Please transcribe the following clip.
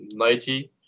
90